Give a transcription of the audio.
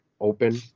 open